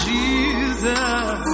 Jesus